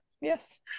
yes